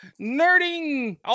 nerding